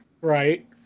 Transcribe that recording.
Right